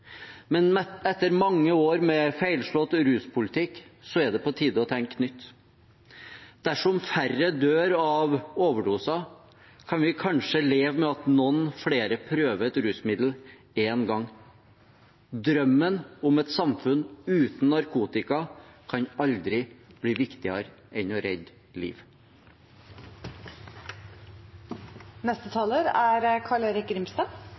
men etter mange år med feilslått ruspolitikk er det på tide å tenke nytt. Dersom færre dør av overdose, kan vi kanskje leve med at noen flere prøver et rusmiddel én gang. Drømmen om et samfunn uten narkotika kan aldri bli viktigere enn å redde